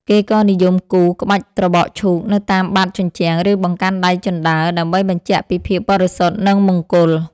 គេក៏និយមគូរ ក្បាច់ត្របកឈូក នៅតាមបាតជញ្ជាំង ឬបង្កាន់ដៃជណ្តើរ ដើម្បីបញ្ជាក់ពីភាពបរិសុទ្ធ និងមង្គល។